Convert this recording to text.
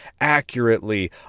accurately